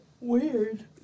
Weird